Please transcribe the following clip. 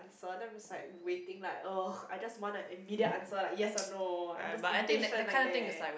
so I'm just like waiting like !ugh! I just want a immediate answer like yes or no I'm just impatient like that